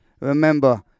Remember